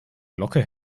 glocke